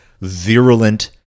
virulent